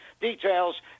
details